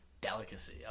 Delicacy